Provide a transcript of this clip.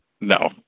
No